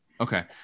okay